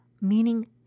meaning